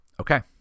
Okay